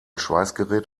schweißgerät